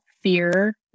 fear